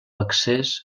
accés